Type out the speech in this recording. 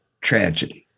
tragedy